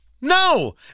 No